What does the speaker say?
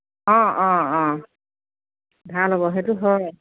অঁ অঁ অঁ ভাল হ'ব সেইটো হয়